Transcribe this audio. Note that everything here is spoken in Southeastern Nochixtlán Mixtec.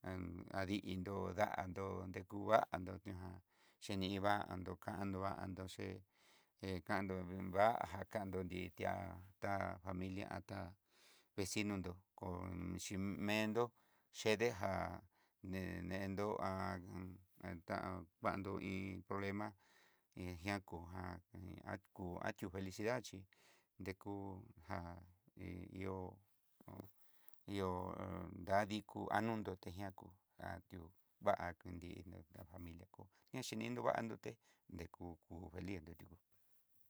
dini'i nró da'an nró dekuva'a nró ña jan, cheni iva'a andokando vandoché he kando ihó vá jakandó nri ti'á, ta familia tá vecinonró kon xhimendó, xhede já ne nendó án kuando iin problema, inguian konjan ku ati'ó felicidad chí nrekú, ján hi ihó hun, dadikú anundoté, ñakú dati'ó va'a kudindo la familia kó ñaxhini nrió va'an duté dekú kú feliz nrekú.